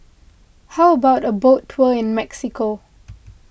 how about a boat tour in Mexico